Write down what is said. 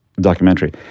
documentary